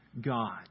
God